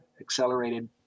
accelerated